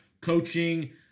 coaching